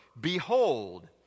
behold